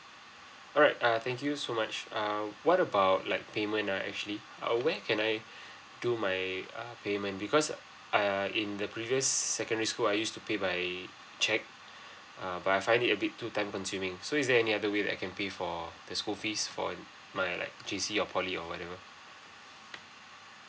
alright uh thank you so much uh what about like payment ah actually err where can I do my err payment because err in the previous secondary school I used to pay by cheque err but I find it a bit too time consuming so is there any other way that I can pay for the school fees for my like J_C or poly or whatever